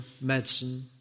medicine